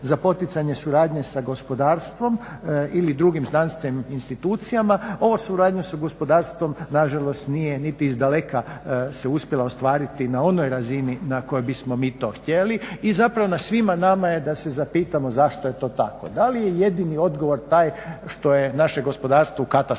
za poticanje suradnje sa gospodarstvom ili drugim znanstvenim institucijama. Ovo suradnja sa gospodarstvom nažalost nije niti izdaleka se uspjela ostvariti na onoj razini na kojoj bismo mi to htjeli i zapravo na svima nama je da se zapitamo zašto je to tako. Da li je jedini odgovor taj što je naše gospodarstvo u katastrofalnom